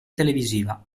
televisiva